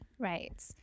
Right